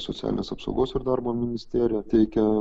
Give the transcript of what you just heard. socialinės apsaugos ir darbo ministerija teikia